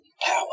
power